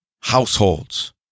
households